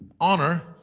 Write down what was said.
honor